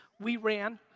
we ran.